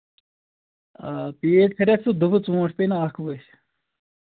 آ پیٖٹۍ کَرکھ کھلہِ سُہ دوٚپُن ژوٗنٹھ پیٚنۍ اکھ ؤسۍ